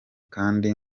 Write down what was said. kandi